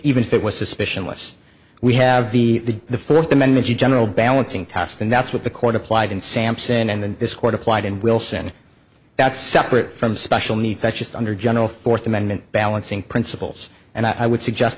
even if it was suspicion less we have the the fourth amendment the general balancing task and that's what the court applied in sampson and this court applied and wilson that's separate from special needs that just under general fourth amendment balancing principles and i would suggest